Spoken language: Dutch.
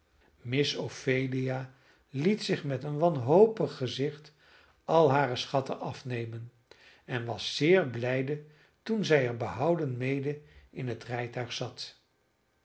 miss ophelia liet zich met een wanhopig gezicht al hare schatten afnemen en was zeer blijde toen zij er behouden mede in het rijtuig zat